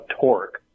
torque